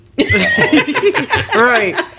Right